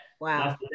Wow